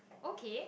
okay